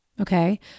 Okay